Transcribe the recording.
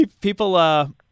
People